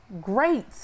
great